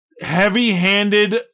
heavy-handed